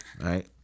right